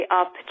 up